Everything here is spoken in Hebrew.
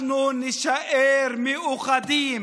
אנחנו נישאר מאוחדים,